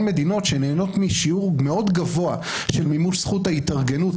מדינות שנהנות משיעור מאוד גבוה של מימוש זכות ההתארגנות.